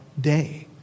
day